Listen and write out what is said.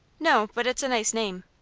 no but it's a nice name.